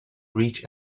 reach